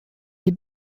des